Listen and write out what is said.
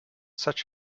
such